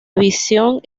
división